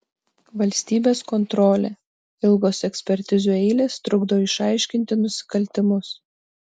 valstybės kontrolė ilgos ekspertizių eilės trukdo išaiškinti nusikaltimus